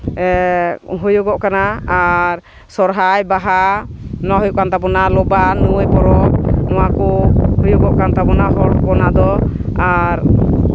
ᱦᱩᱭᱩᱜᱚᱜ ᱠᱟᱱᱟ ᱟᱨ ᱥᱚᱦᱚᱨᱟᱭ ᱵᱟᱦᱟ ᱱᱚᱣᱟ ᱦᱩᱭᱩᱜ ᱠᱟᱱ ᱛᱟᱵᱳᱱᱟ ᱱᱚᱵᱟᱱ ᱱᱟᱹᱣᱟᱹᱭ ᱯᱚᱨᱚᱵᱽ ᱱᱚᱣᱟ ᱠᱚ ᱦᱩᱭᱩᱜ ᱠᱟᱱ ᱛᱟᱵᱳᱱᱟ ᱦᱚᱲ ᱦᱚᱯᱚᱱᱟᱜ ᱫᱚ ᱟᱨ